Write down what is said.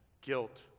guilt